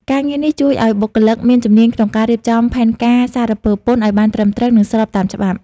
ការងារនេះជួយឱ្យបុគ្គលិកមានជំនាញក្នុងការរៀបចំផែនការសារពើពន្ធឱ្យបានត្រឹមត្រូវ និងស្របតាមច្បាប់។